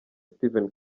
steven